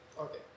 Okay